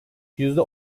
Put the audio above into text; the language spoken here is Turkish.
yüzde